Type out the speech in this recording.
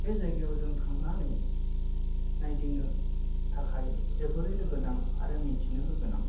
बे जायगाआव जों थांनानै नायदिंनो थाखाय जोबोदबोरैनो गोनां आरो मिथिनोबो गोनां